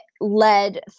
led